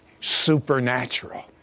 supernatural